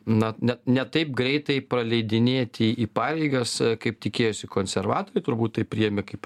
na ne ne taip greitai praleidinėti į pareigas kaip tikėjosi konservatoriai turbūt tai priėmė kaip